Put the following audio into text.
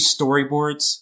storyboards